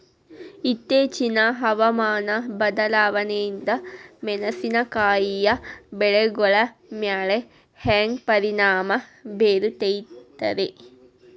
ಇತ್ತೇಚಿನ ಹವಾಮಾನ ಬದಲಾವಣೆಯಿಂದ ಮೆಣಸಿನಕಾಯಿಯ ಬೆಳೆಗಳ ಮ್ಯಾಲೆ ಹ್ಯಾಂಗ ಪರಿಣಾಮ ಬೇರುತ್ತೈತರೇ?